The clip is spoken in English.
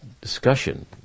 discussion